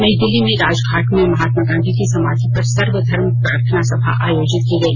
नई दिल्ली में राजघाट में महात्मा गांधी की समाधि पर सर्वधर्म प्रार्थना सभा आयोजित की गई